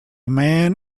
man